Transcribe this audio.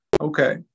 Okay